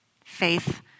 faith